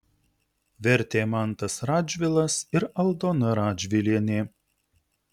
vertė mantas radžvilas ir aldona radžvilienė